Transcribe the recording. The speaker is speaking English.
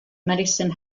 medicine